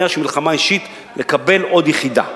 זה לא עניין של מלחמה אישית לקבל עוד יחידה.